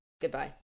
Goodbye